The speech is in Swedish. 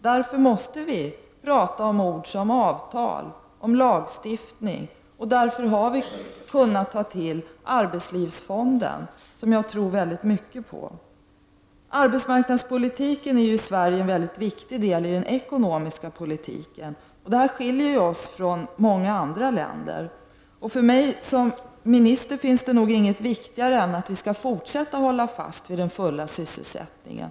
Därför måste vi diskutera sådant som avtal och lagstiftning, och därför har vi kunnat ta till arbetslivsfonden, som jag tror väldigt mycket på. Arbetsmarknadspolitiken är ju i Sverige en mycket viktig del i den ekonomiska politiken, och där skiljer vi oss från många andra länder. För mig som minister finns nog inget viktigare än att vi skall fortsätta att hålla fast vid den fulla sysselsättningen.